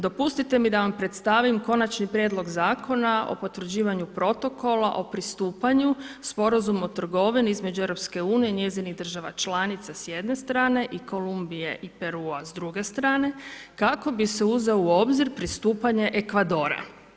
Dopustite mi da vam predstavima Konačni prijedlog Zakona o potvrđivanju protokola o pristupanju uz Sporazum o trgovini između Europske Unije i njezinih država članica, s jedne strane, i Kolumbije i Perua, s druge strane, kako bi se uzelo u obzir pristupanje Ekvadora.